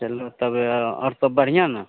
चलो तब ही और सब बढ़िया ना